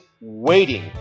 waiting